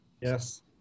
Yes